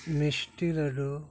ᱢᱤᱥᱴᱤ ᱞᱟᱹᱰᱩ